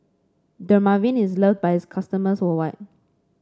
Dermaveen is loved by its customers worldwide